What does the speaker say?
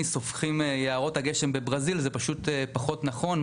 סופחים יערות הגשם בברזיל זה פשוט פחות נכון,